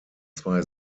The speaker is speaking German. zwei